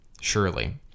surely